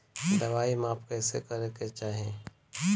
दवाई माप कैसे करेके चाही?